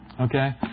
Okay